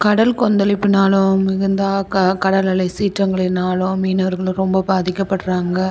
கடல் கொந்தளிப்பினாலும் மிகுந்த க கடல் அலை சீற்றங்களினாலும் மீனவர்கள் ரொம்ப பாதிக்கப்படுகிறாங்க